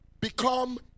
Become